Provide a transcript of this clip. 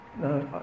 No